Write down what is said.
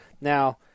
now